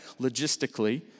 logistically